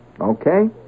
okay